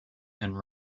and